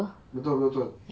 beutl betul betul